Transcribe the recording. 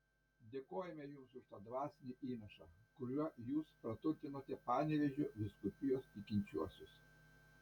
dėkojame jums už tą dvasinį įnašą kuriuo jūs praturtinote panevėžio vyskupijos tikinčiuosius